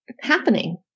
happening